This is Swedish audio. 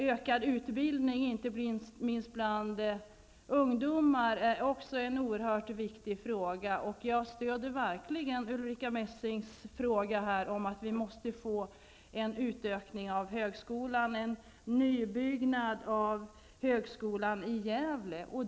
Ökad utbildning, inte minst för ungdomar, är också något oerhört viktigt, och jag stöder verkligen Ulrica Messings uppfattning att vi måste få en utökning av högskolan, bl.a. en nybyggnad för högskolan i Gävle.